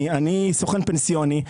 אני סוכן פנסיוני.